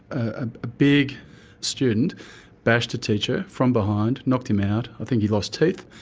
a big student bashed a teacher from behind, knocked him out, i think he lost teeth.